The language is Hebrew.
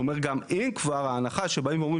שהוא אומר אם כבר ההנחה שבאים ואומרים